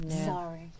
sorry